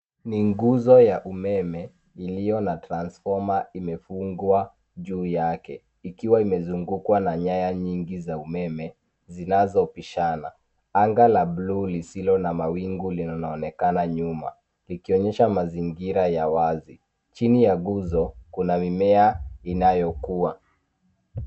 Ni nguzo ya umeme iliyo na transfoma ambayo imefungwa juu yake ikiwa imezungukwa na nyaya nyingi za umeme zinazopishana. Anga la blue lisilo na mawingu linaonekana nyuma likionyesha mazingira ya wazi. Chini ya nguzo kuna mimea inayokua.